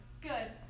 Good